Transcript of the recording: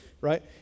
right